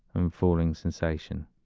i'm falling sensation.